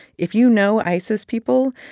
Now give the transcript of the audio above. if you know isis people,